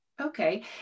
Okay